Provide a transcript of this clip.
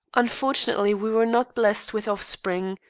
unfortunately, we were not blessed with offspring.